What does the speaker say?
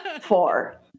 Four